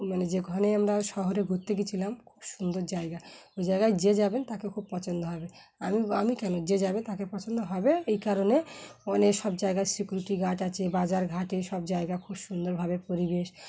মানে যে ঘানে আমরা শহরে ঘুরতে গিয়েছিলাম খুব সুন্দর জায়গা ওই জায়গায় যে যাবেন তাকে খুব পছন্দ হবে আমি আমি কেন যে যাবে তাকে পছন্দ হবে এই কারণে অনেক সব জায়গায় সিকিউরিটি গার্ড আছে বাজার ঘাটে সব জায়গা খুব সুন্দরভাবে পরিবেশ